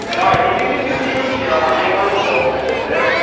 alright, if you could use truth serum on anyone in the world i just did.